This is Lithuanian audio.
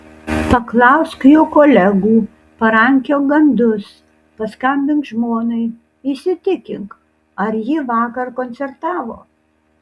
paklausk jo kolegų parankiok gandus paskambink žmonai įsitikink ar ji vakar koncertavo